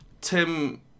Tim